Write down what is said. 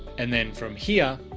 and then from here,